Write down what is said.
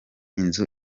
inzu